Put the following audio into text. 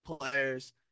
players